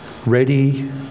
Ready